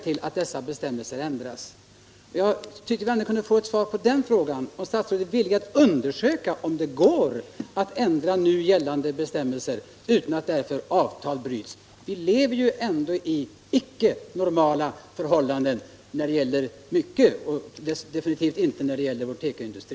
På den frågan tyckte jag ändå att jag kunde få ett svar — om statsrådet är villig att undersöka om det går att ändra nu gällande bestämmelser utan att därför avtal bryts. Vi lever ju inte under normala förhållanden när det gäller många områden och definitivt inte när det gäller vår tekoindustri.